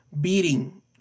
beating